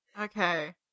Okay